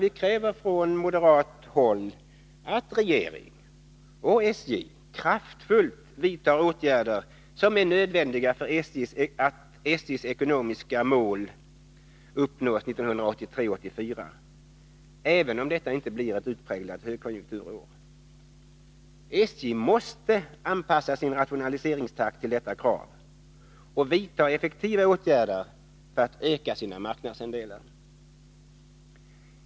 Vi kräver från moderat håll att regeringen och SJ kraftfullt vidtar åtgärder som är nödvändiga för att SJ:s ekonomiska mål uppnås 1983/84, även om detta inte blir ett utpräglat högkonjunkturår. SJ måste anpassa sin rationaliseringstakt till detta krav och vidta effektiva åtgärder för att öka sina marknadsandelar.